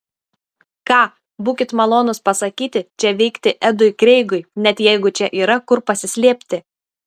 ką būkit malonūs pasakyti čia veikti edui kreigui net jeigu čia yra kur pasislėpti